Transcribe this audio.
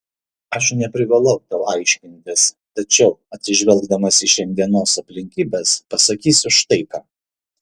aš neprivalau tau aiškintis tačiau atsižvelgdamas į šiandienos aplinkybes pasakysiu štai ką